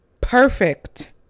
Perfect